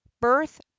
Birth